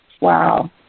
Wow